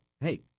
Hey